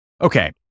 Okay